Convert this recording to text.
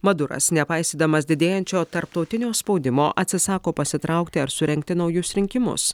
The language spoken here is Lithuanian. maduras nepaisydamas didėjančio tarptautinio spaudimo atsisako pasitraukti ar surengti naujus rinkimus